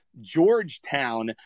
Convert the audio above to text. georgetown